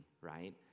right